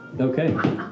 Okay